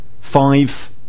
Five